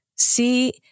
See